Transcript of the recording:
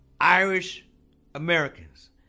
Irish-Americans